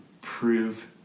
prove